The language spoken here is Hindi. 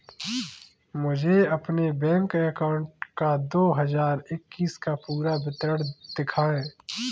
मुझे अपने बैंक अकाउंट का दो हज़ार इक्कीस का पूरा विवरण दिखाएँ?